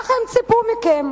כך הם ציפו מכם.